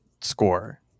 score